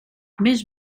més